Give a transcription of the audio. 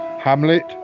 Hamlet